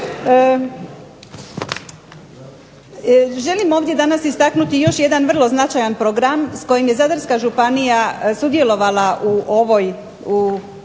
Želim ovdje danas istaknuti još jedan vrlo značajan program s kojim je Zadarska županija sudjelovala u ovom